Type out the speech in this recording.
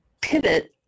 pivot